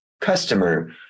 customer